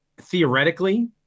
theoretically